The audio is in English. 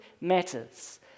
matters